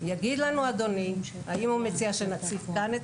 יגיד לנו אדוני האם הוא מציע שנציף כאן את